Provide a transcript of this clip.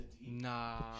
Nah